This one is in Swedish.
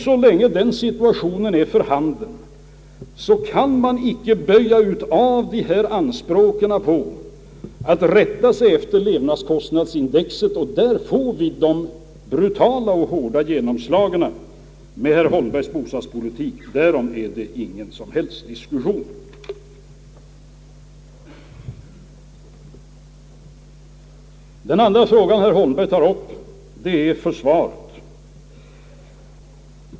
Så länge den situationen är för handen, går det inte att böja av dessa anspråk att lönerna skall följa levnadskostnadsindex. Och då får vi de brutala och hårda genomslagen med herr Holmbergs bostadspolitik, därom är det ingen som helst diskussion. Den andra fråga herr Holmberg tog upp var försvaret.